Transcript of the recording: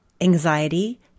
anxiety